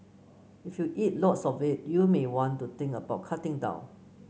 if you eat lots of it you may want to think about cutting down